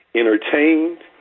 entertained